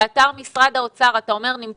אתה אומר שבאתר משרד האוצר, מה נמצא?